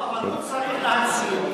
אבל הוא צריך להציג.